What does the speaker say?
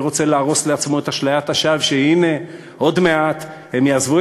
מי רוצה להרוס לעצמו את אשליית השווא שהנה עוד מעט הם יעזבו